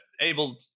able